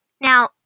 Now